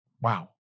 Wow